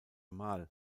mal